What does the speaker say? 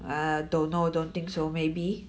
I don't know don't think so maybe